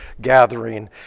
gathering